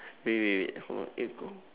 wait wait wait hold on eh go